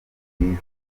bwiza